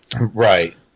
Right